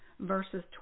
Verses